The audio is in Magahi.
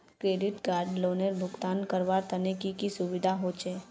क्रेडिट कार्ड लोनेर भुगतान करवार तने की की सुविधा होचे??